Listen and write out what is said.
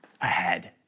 ahead